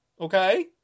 Okay